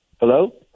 Hello